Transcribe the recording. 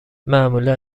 معمولا